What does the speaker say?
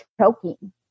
choking